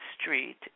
street